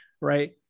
right